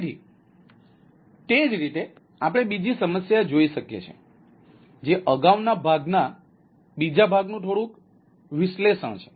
તેથી તે જ રીતે આપણે બીજી સમસ્યા જોઈ શકીએ છીએ જે અગાઉના ભાગના બીજા ભાગનું થોડું વિલેવલણ છે